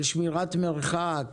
לגבי שמירת מרחק,